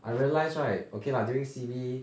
I realised right okay lah during C_B